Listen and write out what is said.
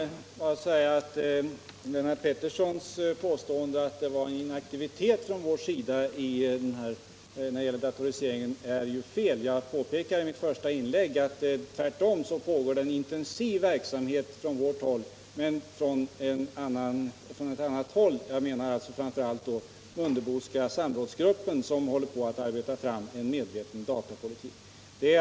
Herr talman! Får jag först säga att Lennart Petterssons påstående om inaktivitet från vår sida när det gäller datoriseringen är felaktigt. Jag påpekade i mitt första inlägg att det tvärtom pågår en intensiv verksamhet från vårt håll. Jag tänker då framför allt på den Mundeboska samrådsgruppen. Det är ett arbete på bred front.